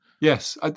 Yes